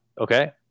Okay